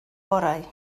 orau